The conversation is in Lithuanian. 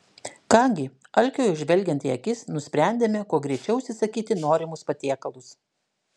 ką gi alkiui jau žvelgiant į akis nusprendėme kuo greičiau užsisakyti norimus patiekalus